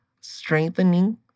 strengthening